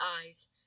eyes